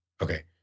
Okay